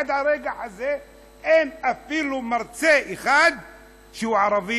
עד הרגע הזה אין אפילו מרצה אחד שהוא ערבי